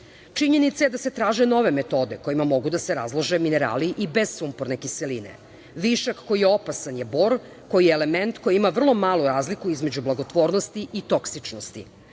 je da se traže nove metode kojima mogu da su razlože minerali i bez sumporne kiseline. Višak koji je opasan je bor koji je element koji ima vrlo malu razliku između blagotvornosti i toksičnosti.